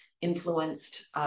influenced